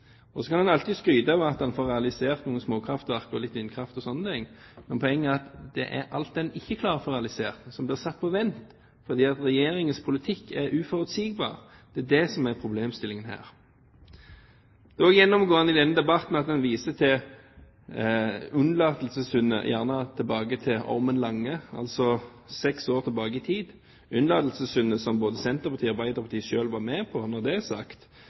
rammebetingelser. Så kan en alltid skryte av at en får realisert noen småkraftverk, litt vindkraft og slikt, men poenget er alt en ikke klarer å få realisert, som blir satt på vent fordi Regjeringens politikk er uforutsigbar. Det er det som er problemstillingen her. Det har også vært gjennomgående i denne debatten at en har vist til unnlatelsessynder, gjerne tilbake til Ormen Lange, altså seks år tilbake i tid, unnlatelsessynder som både Senterpartiet og Arbeiderpartiet selv var med på – så det er sagt